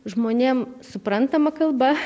žmonėm suprantama kalba